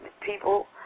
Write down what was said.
people